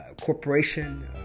corporation